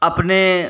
अपने